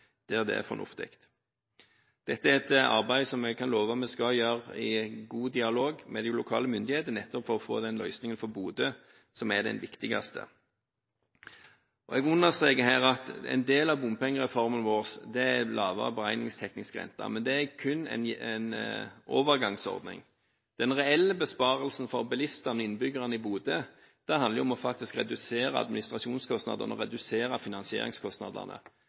der det er fornuftig. Dette er et arbeid som jeg kan love at vi skal gjøre i god dialog med de lokale myndighetene, nettopp for å få den løsningen for Bodø som er den viktigste. Jeg understreker her at en del av bompengereformen vår er en lavere beregningsteknisk rente, men det er kun en overgangsordning. Den reelle besparelsen for bilistene og innbyggerne i Bodø handler om å redusere administrasjonskostnadene, om å redusere finansieringskostnadene.